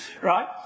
right